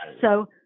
So-